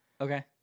Okay